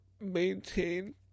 maintain